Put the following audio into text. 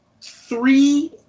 three